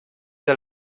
der